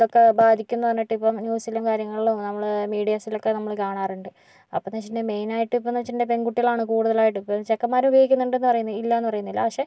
ഇതൊക്കെ ബാധിക്കുമെന്ന് പറഞ്ഞിട്ട് ഇപ്പോൾ ന്യൂസിലും കാര്യങ്ങളിലും നമ്മള് മീഡിയാസിലൊക്കെ നമ്മള് കാണാറുണ്ട് അപ്പന്ന് വെച്ചിട്ടുണ്ടെങ്കി മെയിനായിട്ട് ഇപ്പാന്ന് വെച്ചിട്ടുണ്ടെങ്കി പെൺകുട്ടികളാണ് കൂടുതലായിട്ടും ഇപ്പ ചെക്കന്മാര് ഉപയോഗിക്കുന്നുണ്ടെന്ന് പറയുന്നു ഇല്ലാന്ന് പറയുന്നില്ല പക്ഷേ